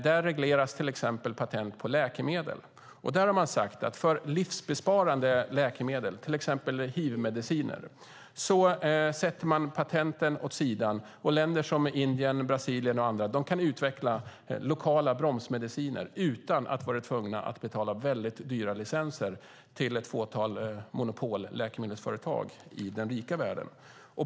Där regleras till exempel patent på läkemedel. Och där har man sagt att för livsbesparande läkemedel, till exempel hivmediciner, sätter man patenten åt sidan. Länder som Indien, Brasilien och andra kan utveckla lokala bromsmediciner utan att vara tvungna att betala väldigt dyra licenser till ett fåtal monopolläkemedelsföretag i den rika världen.